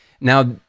Now